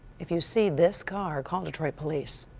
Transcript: if you see this car, call detroit police.